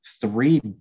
three